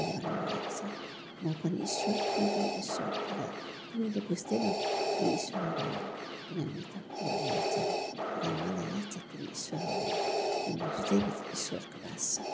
भगवानले भन्नु भएको छ म पनि ईश्वर तिमी पनि ईश्वर तर तिमीले बुझ्दैनौँ तिमी ईश्वर हौ भनेर किन भने त तिमीलाई याद छैन तर मलाई याद छ तिमी ईश्वर हो भनेर तिम्रो हृर्दयभित्र ईश्वरको बास छ